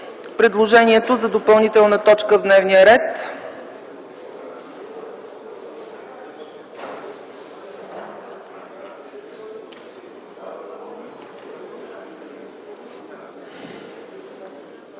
предложението за допълнителна точка в дневния ред.